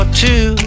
two